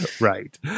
Right